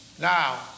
Now